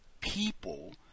people